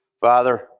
Father